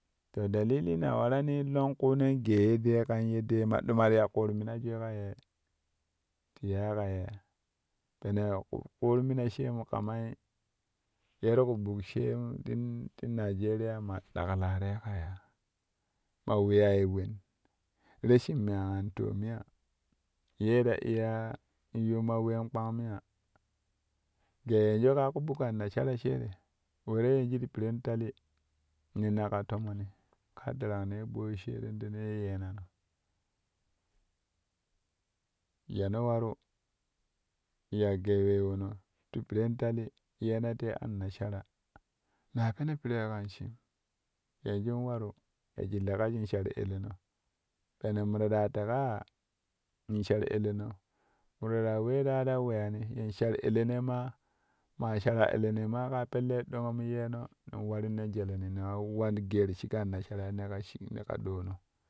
To dalili na warani longku nen gee yeddee kan yeddee ma ɗuma ti ya kuut minajui ka yee ti yai ka yee pene ya ƙuut mina shemu kamai ye ti kubuk she tim ti nigeria ma ɗaklaroi ka yaa ma wiyaai wen reshin me an foom ya? Ye ta iya yuuma ween kpakum ya? Gee yanju kaa ƙuɓuk anasara she te we te yenju ti piren tali niyo naka tomoni kaa darangnee ye ɓooi sheren dene ye yeenano yano waru ya gee we wono ti piren tali yena tei annasara naa peno piree kan shim yanju waru yaji leƙa shim shar eleno pene moɗa daa teƙa ya ins shar eleno moɗa ɗaa we ɗaa ta weyani in shar elenei maa ma shara elenei maa ka pella ɗok mo yeeno in warinnen jeleni nen wa wan geeru shik anasara ne ka shik ne ka ɗoono.